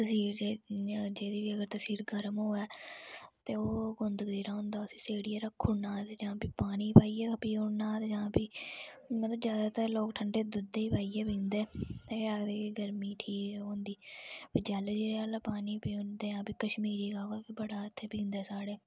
तसीर जेहदी बी तसीर जेहदी बी अगर गर्म होऐ ते ओह् गूंद कतीरा होंदा उसी सेडिय़ै रक्खी ओड़ना जां फिह् पानी पाइयै गै पी ओड़ना जां फ्ही मतलब ज्यादातर लोग ठंडे दुद्धै च पाइयै पींदे ते आखदे कि गर्मी ठीक होंदी जलजीरे आहला पानी बी ऐ कशमीरी काबा बी बड़ा इत्थै पींदे साढ़े